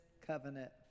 covenant